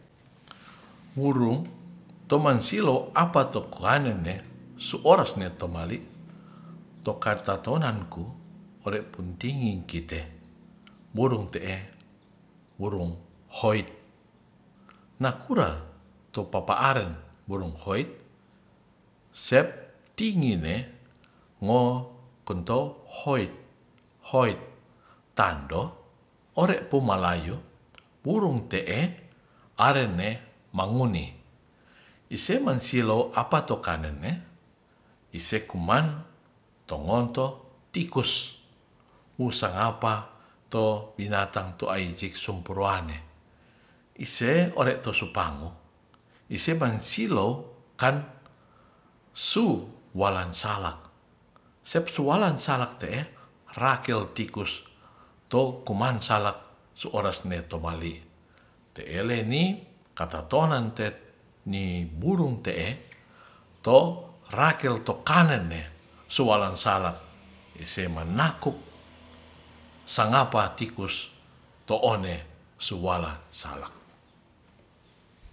Burung toman silo apato koa ne ne su oras ne tu balik tokata tonan ku ore tingin kite burung te'e burung hoit na kura to papaaren burung hoit se tinggi ne mo konto hoit hoit tando ore pumalayu burumng te'e aren'ne manguni isenan silo apato kanene ise kuman tomonto tikus wusa ngapa to binatang to aicik supurane ise ore tu supamo ise ban silokan su walan salaksep sualan salak te'e rakel tikus to kuman salak su oras ne to mali te'eleni kata toanan te ni burung te'e to rakel to kanenne sualang salak ise manaku sangapa tikus to one sualang salak